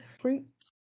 fruits